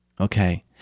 okay